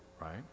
right